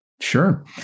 Sure